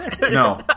No